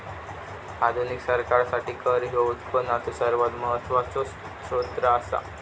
आधुनिक सरकारासाठी कर ह्यो उत्पनाचो सर्वात महत्वाचो सोत्र असा